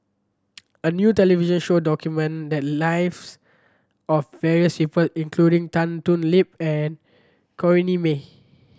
a new television show document the lives of various people including Tan Thoon Lip and Corrinne May